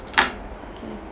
okay